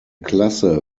klasse